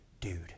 dude